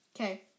Okay